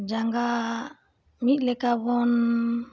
ᱡᱟᱸᱜᱟ ᱢᱤᱫ ᱞᱮᱠᱟᱵᱚᱱ